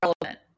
relevant